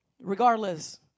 regardless